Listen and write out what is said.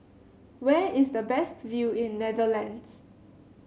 where is the best view in Netherlands